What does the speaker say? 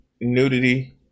nudity